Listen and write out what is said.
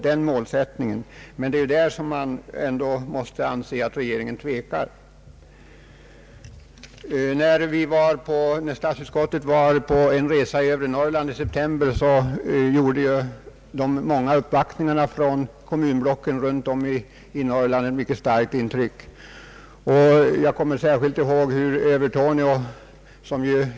Därvidlag måste man anse att regeringen tvekar, vilket jag beklagar. När statsutskottet gjorde en resa i övre Norrland i september gjorde de många uppvaktningarna från de olika kommunblocken i Norrland ett mycket starkt intryck. Jag kommer särskilt ihåg när representanter från Övertorneå, som f.ö.